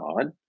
God